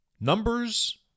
Numbers